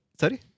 sorry